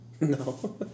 No